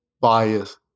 bias